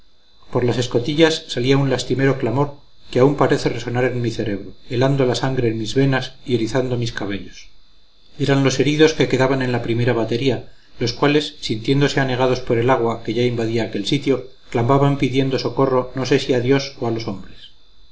por las escotillas salía un lastimero clamor que aún parece resonar en mi cerebro helando la sangre en mis venas y erizando mis cabellos eran los heridos que quedaban en la primera batería los cuales sintiéndose anegados por el agua que ya invadía aquel sitio clamaban pidiendo socorro no sé si a dios o a los hombres